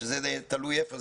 שזה תלוי איפה.